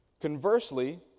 Conversely